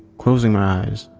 closing my eyes,